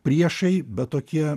priešai bet tokie